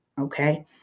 okay